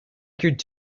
think